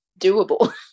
doable